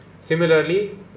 Similarly